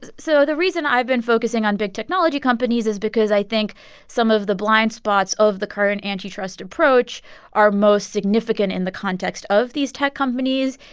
so the reason i've been focusing on big technology companies is because i think some of the blind spots of the current antitrust approach are most significant in the context of these tech companies,